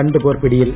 രണ്ടുപേർ പിടിയിൽ